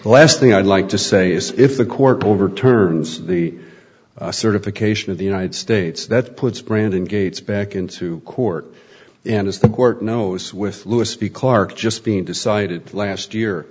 the last thing i'd like to say is if the court overturns the certification of the united states that puts brandon gates back into court and as the court knows with lewis because just being decided last year